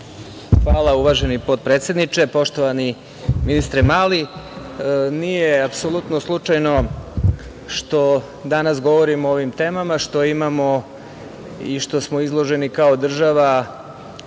Hvala, uvaženi potpredsedniče. Poštovani ministre Mali, nije apsolutno slučajno što danas govorimo o ovim temama, što imamo i što smo izloženi kao država